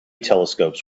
telescopes